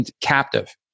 captive